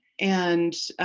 and